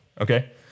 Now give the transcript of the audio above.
okay